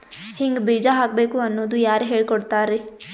ಹಿಂಗ್ ಬೀಜ ಹಾಕ್ಬೇಕು ಅನ್ನೋದು ಯಾರ್ ಹೇಳ್ಕೊಡ್ತಾರಿ?